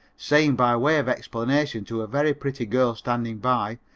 saying by way of explanation to a very pretty girl standing by,